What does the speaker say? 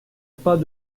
pas